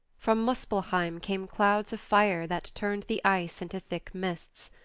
from muspelheim came clouds of fire that turned the ice into thick mists.